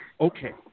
Okay